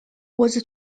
was